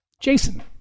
Jason